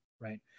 right